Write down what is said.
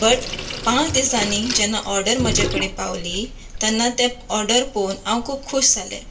but पांच दिसांनी जेन्ना ऑर्डर म्हज्या कडेन पावली तेन्ना तें ऑर्डर पोवन हांव खूब खूश जालें